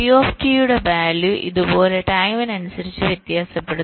P യുടെ value ഇതുപോലെ ടൈമിനനുസരിച്ച് വ്യത്യാസപ്പെടുന്നു